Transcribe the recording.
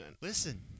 Listen